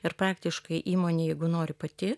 ir praktiškai įmonė jeigu nori pati